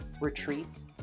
retreats